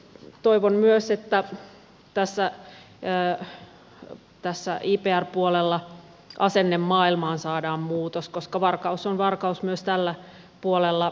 toivon myös että tässä ipr puolella asennemaailmaan saadaan muutos koska varkaus on varkaus myös tällä puolella